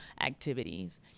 activities